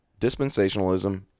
Dispensationalism